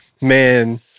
Man-